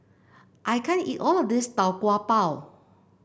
I can't eat all of this Tau Kwa Pau